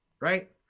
right